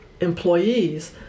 employees